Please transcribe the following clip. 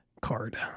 card